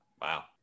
Wow